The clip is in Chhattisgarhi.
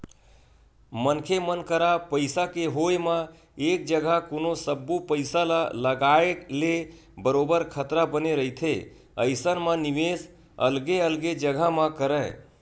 मनखे मन करा पइसा के होय म एक जघा कोनो सब्बो पइसा ल लगाए ले बरोबर खतरा बने रहिथे अइसन म निवेस अलगे अलगे जघा म करय